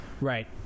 right